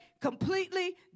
completely